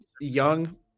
young